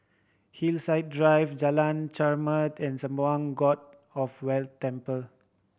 Hillside Drive Jalan Chermat and Sembawang God of Wealth Temple